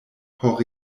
por